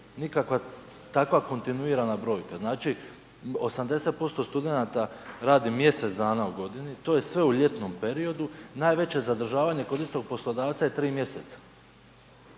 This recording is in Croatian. nikakva takva kontinuirana brojka. Znači 80% studenata radi mjesec dana u godini, to je sve u ljetnom periodu, najveće zadržavanje kod istog poslodavca je 3 mjeseca.